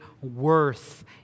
worth